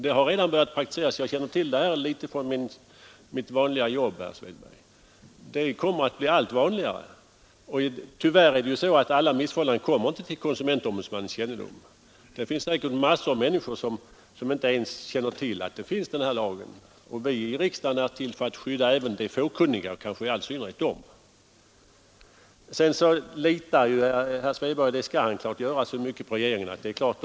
Det har redan börjat praktiseras — jag har erfarenheter av det från mitt dagliga jobb. Tyvärr kommer inte heller alla missförhållanden till konsumentombudsmannens kännedom. Det finns säkerligen massor av människor som inte ens känner till att denna lag existerar. Vi i riksdagen är till för att skydda även de fåkunniga, kanske i all synnerhet dem. Herr Svedberg litar på regeringen, och det skall han givetvis göra.